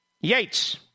Yates